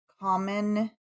common